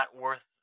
worth